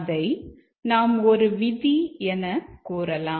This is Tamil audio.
அதை நாம் ஒரு விதி என கூறலாம்